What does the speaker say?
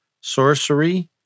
sorcery